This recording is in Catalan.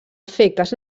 efectes